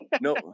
No